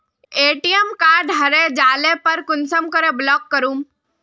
ATM card हरे जाले पर कुंसम के ब्लॉक करूम?